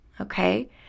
okay